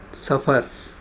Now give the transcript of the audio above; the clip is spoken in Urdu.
سفر